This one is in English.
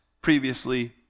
previously